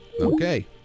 Okay